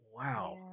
wow